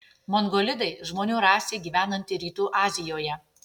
mongolidai žmonių rasė gyvenanti rytų azijoje